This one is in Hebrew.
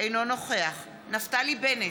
אינו נוכח נפתלי בנט,